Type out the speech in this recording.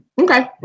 Okay